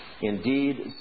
Indeed